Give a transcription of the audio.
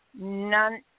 None